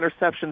interceptions